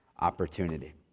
opportunity